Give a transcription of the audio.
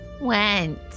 went